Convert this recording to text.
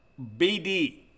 BD